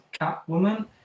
Catwoman